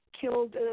killed